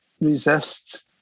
resist